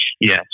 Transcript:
Yes